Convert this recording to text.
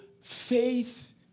faith